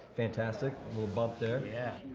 fantastic. little bump there. yeah!